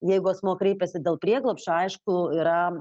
jeigu asmuo kreipiasi dėl prieglobsčio aišku yra